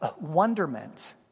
wonderment